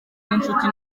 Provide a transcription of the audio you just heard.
ninshuti